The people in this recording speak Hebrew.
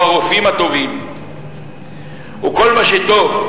או הרופאים הטובים או כל מה שטוב,